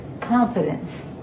confidence